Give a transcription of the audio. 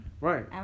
Right